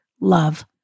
Love